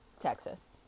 Texas